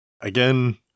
again